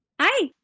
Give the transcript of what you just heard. Hi